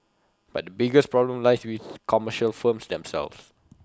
but the biggest problem lies with commercial firms themselves